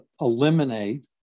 eliminate